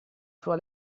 sua